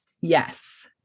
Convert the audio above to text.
Yes